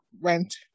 went